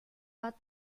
war